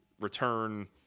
return